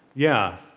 yeah,